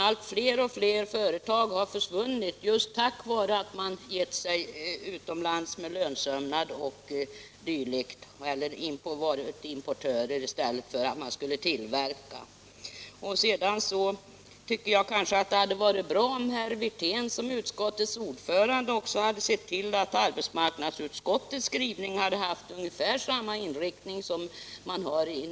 Allt fler företag har försvunnit därför att man gett sig utomlands med lön = Nr 138 sömnad 0. d. och importerat i stället för att tillverka. Jag tycker att det hade varit bra om herr Wirtén såsom utskottets ordförande hade sett till att arbetsmarknadsutskottets skrivninghadeva= I rit av ungefär samma inriktning som näringsutskottets.